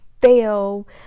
fail